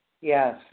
Yes